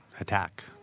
attack